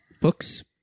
books